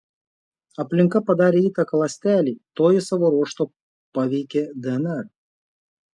aplinka padarė įtaką ląstelei toji savo ruožtu paveikė dnr